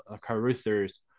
caruthers